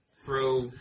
throw